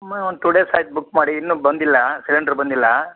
book ಮಾಡಿ ಒಂದು two days ಆಯ್ತು ಬುಕ್ ಮಾಡಿ ಇನ್ನು ಬಂದಿಲ್ಲ ಸಿಲಿಂಡ್ರ್ ಬಂದಿಲ್ಲ